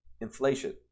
inflation